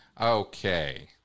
Okay